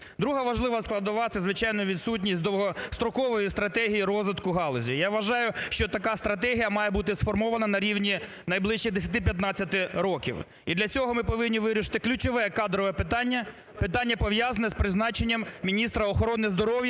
Друга важлива складова це звичайно відсутність довгострокової стратегії розвитку галузі. Я вважаю, що така стратегія має бути сформована на рівні найближчих 10-15 років. І для цього ми повинні вирішити ключове кадрове питання – питання, пов'язане з призначенням міністра охорони здоров'я